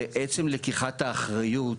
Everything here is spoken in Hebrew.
שעצם לקיחת האחריות,